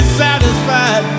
satisfied